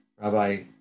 Rabbi